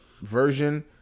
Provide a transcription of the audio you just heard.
version